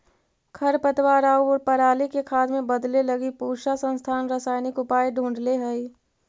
खरपतवार आउ पराली के खाद में बदले लगी पूसा संस्थान रसायनिक उपाय ढूँढ़ले हइ